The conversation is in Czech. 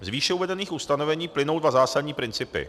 Z výše uvedených ustanovení plynou dva zásadní principy.